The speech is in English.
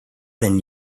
than